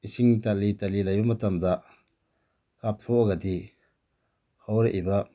ꯏꯁꯤꯡ ꯇꯠꯂꯤ ꯇꯠꯂꯤ ꯂꯩꯕ ꯃꯇꯝꯗ ꯀꯥꯞꯊꯣꯛꯑꯒꯗꯤ ꯍꯧꯔꯛꯏꯕ